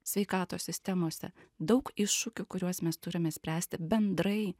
sveikatos sistemose daug iššūkių kuriuos mes turime spręsti bendrai